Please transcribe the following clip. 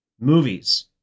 movies